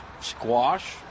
Squash